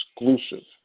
exclusive